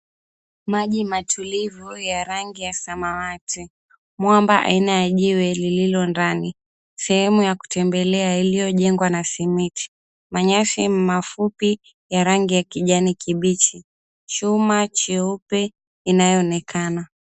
Maji matulivu ya rangi ya samawati. Mwamba aina ya jiwe lililo ndani. Sehemu ya kutembelea iliyojengwa na simiti. Manyasi mafupi ya rangi ya kijani kibichi. Chuma cheupe inayoonekana.